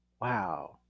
Wow